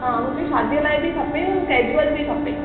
हा मूंखे शादीअ लाइ बि खपे और कैजुअल बि खपे